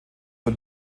für